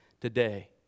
today